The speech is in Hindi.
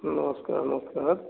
नमस्कार नमस्कार